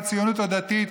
מהציונות הדתית,